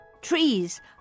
Trees